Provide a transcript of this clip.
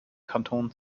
kanton